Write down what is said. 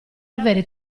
avere